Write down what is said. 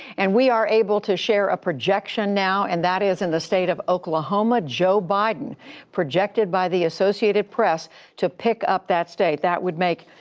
and we are able to share a projection now. and that is, in the state of oklahoma, joe biden projected by the associated press to pick up that state. that would make,